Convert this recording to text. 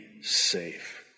safe